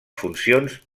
funcions